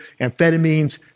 amphetamines